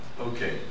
Okay